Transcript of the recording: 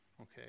Okay